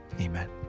amen